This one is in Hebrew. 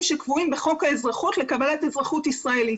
שקבועים בחוק האזרחות לקבלת אזרחות ישראלית.